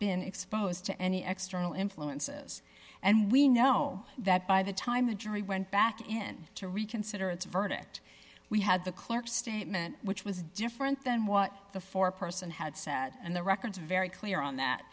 been exposed to any external influences and we know that by the time the jury went back in to reconsider its verdict we had the clerk statement which was different than what the four person had said and the records very clear on that